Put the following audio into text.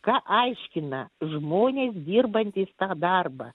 ką aiškina žmonės dirbantys tą darbą